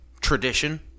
tradition